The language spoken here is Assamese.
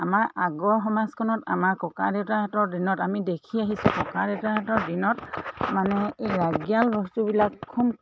আমাৰ আগৰ সমাজখনত আমাৰ ককা দেউতাহঁতৰ দিনত আমি দেখি আহিছোঁ ককা দেউতাহঁতৰ দিনত মানে এই ৰাগীয়াল বস্তুবিলাক খুব